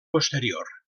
posterior